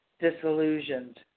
disillusioned